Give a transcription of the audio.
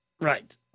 Right